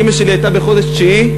אימא שלי הייתה בחודש תשיעי,